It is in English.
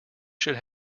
should